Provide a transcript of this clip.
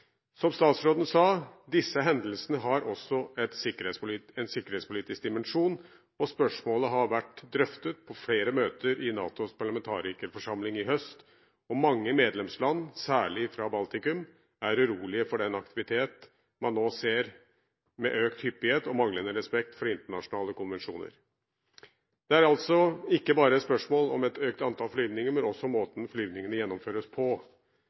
Som statsråden sa, har disse hendelsene også en sikkerhetspolitisk dimensjon. Spørsmålet ble drøftet på flere møter i NATOs parlamentarikerforsamling sist høst. Mange medlemsland, særlig i Baltikum, er urolige for den aktivitet man nå ser, med økt hyppighet og manglende respekt for de internasjonale konvensjoner. Det er altså ikke bare spørsmål om et økt antall flyvninger, men også om måten flyvningene gjennomføres på: